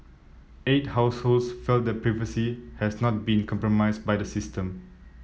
eight households felt their privacy had not been compromised by the system